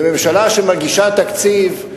וממשלה שמגישה תקציב,